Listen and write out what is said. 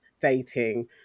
dating